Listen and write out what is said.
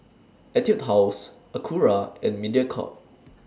Etude House Acura and Mediacorp